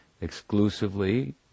exclusively